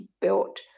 built